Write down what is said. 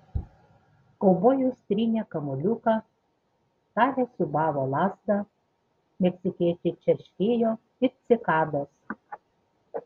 kaubojus trynė kamuoliuką talė siūbavo lazdą meksikiečiai čerškėjo it cikados